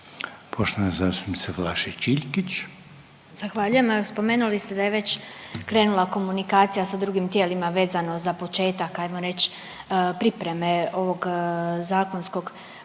Iljkić, Martina (SDP)** Zahvaljujem. Spomenuli ste da je već krenula komunikacija sa drugim tijelima vezano za početak ajmo reći pripreme ovog zakonskog prijedloga.